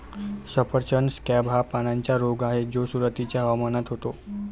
सफरचंद स्कॅब हा पानांचा रोग आहे जो सुरुवातीच्या हवामानात होतो